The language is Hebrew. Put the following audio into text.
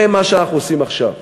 זה מה שאנחנו עושים עכשיו.